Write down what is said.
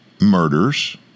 murders